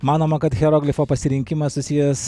manoma kad hieroglifo pasirinkimas susijęs